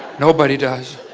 nobody does.